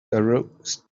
aroused